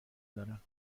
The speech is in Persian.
دارم